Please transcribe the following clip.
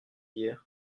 hier